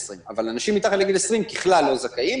אנשים מתחת לגיל 20 ככלל לא זכאים,